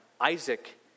Isaac